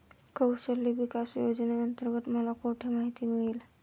कौशल्य विकास योजनेअंतर्गत मला कुठे माहिती मिळेल?